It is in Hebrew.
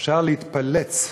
אפשר להתפלץ.